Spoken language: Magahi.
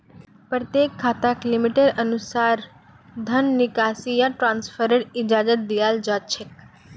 प्रत्येक खाताक लिमिटेर अनुसा र धन निकासी या ट्रान्स्फरेर इजाजत दीयाल जा छेक